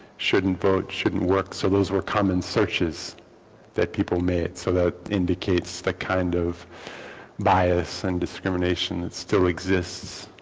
shouldn't vote shouldn't work. so those were common searches that people made. so that indicates the kind of bias and discrimination that still exists